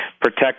protect